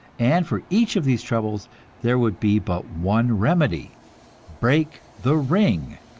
and for each of these troubles there would be but one remedy break the ring.